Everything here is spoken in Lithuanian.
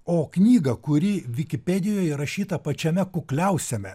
o knygą kuri vikipedijoj įrašyta pačiame kukliausiame